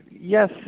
yes